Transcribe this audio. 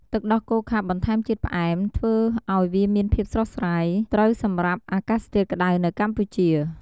ទឹកដោះគោខាប់បន្ថែមជាតិផ្អែម ធ្វើឱ្យវាមានភាពស្រស់ស្រាយ ត្រូវសម្រាប់អាកាសធាតុក្តៅនៅកម្ពុជា។